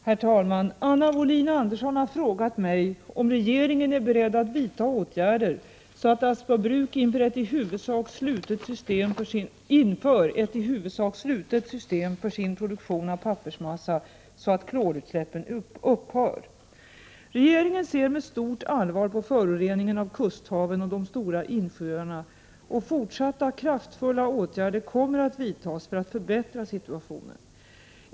Herr talman! Anna Wohlin-Andersson har frågat mig om regeringen är beredd att vidta åtgärder så att Aspa bruk inför ett i huvudsak slutet system för sin produktion av pappersmassa, så att klorutsläppen upphör. Regeringen ser med stort allvar på föroreningen av kusthaven och de stora insjöarna, och fortsatta kraftfulla åtgärder kommer att vidtas för att förbättra situationen.